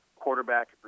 Quarterback